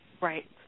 Right